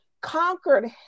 conquered